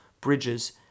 bridges